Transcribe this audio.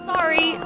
Sorry